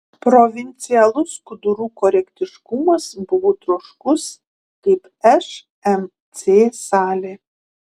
provincialus skudurų korektiškumas buvo troškus kaip šmc salė